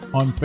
on